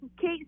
Kate